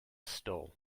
stall